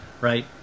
right